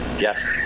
Yes